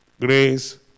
Grace